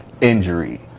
injury